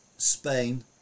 Spain